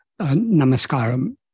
Namaskaram